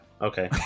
Okay